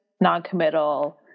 noncommittal